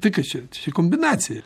tai kas čia čia kombinacija